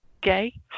Gay